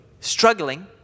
struggling